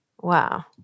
Wow